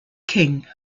king